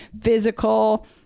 physical